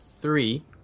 three